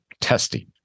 testing